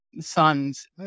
sons